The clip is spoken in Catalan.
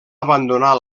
abandonar